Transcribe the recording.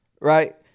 Right